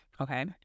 Okay